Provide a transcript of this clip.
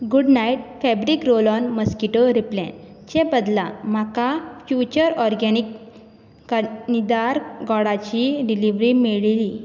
good night fabric roll on mosquito रिपेलन्टाचे बदला म्हाका फ्यूचर ऑर्गैनिक्स कणीदार गोडाची डिलिव्हरी मेळ्ळी